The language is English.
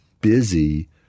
busy